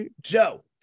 joe